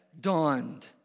dawned